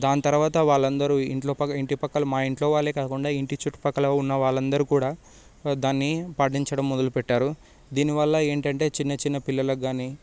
దాని తర్వాత వాళ్ళు అందరూ మా ఇంట్లో వాళ్ళే కాకుండా ఇంటి చుట్టుపక్కల ఉన్న వాళ్ళు అందరూ కూడా దాన్ని పాటించడం మొదలుపెట్టారు దీనివల్ల ఏంటంటే చిన్న చిన్న పిల్లలకు కాని